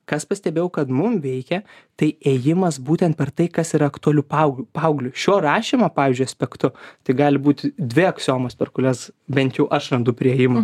kas pastebėjau kad mum veikia tai ėjimas būtent per tai kas yra aktualiu paaug paaugliui šio rašymo pavyzdžiui aspektu tai gali būti dvi aksiomos per kurias bent jau aš randu priėjimą